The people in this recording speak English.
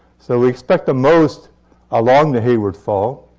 so we expect the most along the hayward fault,